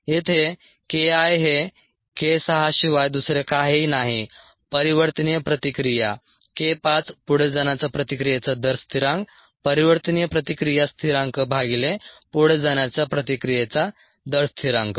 येथे K I हे k 6 शिवाय दुसरे काहीही नाही परिवर्तनीय प्रतिक्रिया k 5 पुढे जाण्याच्या प्रतिक्रियेचा दर स्थिरांक परिवर्तनीय प्रतिक्रिया स्थिरांक भागिले पुढे जाण्याच्या प्रतिक्रियेचा दर स्थिरांक